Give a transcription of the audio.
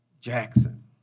Jackson